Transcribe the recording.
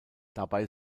dabei